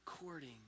according